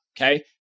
okay